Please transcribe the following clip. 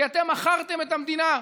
כי אתם מכרתם את המדינה.